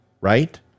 right